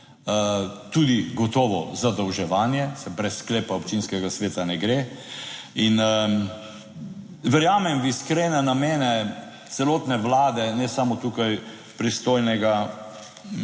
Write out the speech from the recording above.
tudi gotovo zadolževanje, saj brez sklepa občinskega sveta ne gre. In verjamem v iskrene namene celotne Vlade, ne samo tukaj pristojnega,